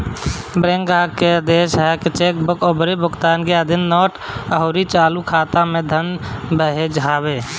bank ग्राहक के आदेश पअ चेक अउरी भुगतान के अधीन नोट अउरी चालू खाता में धन भेजत हवे